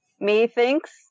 Methinks